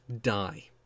die